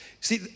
See